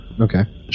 Okay